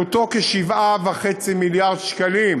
עלותו כ-7.5 מיליארד שקלים,